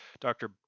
Dr